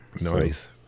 Nice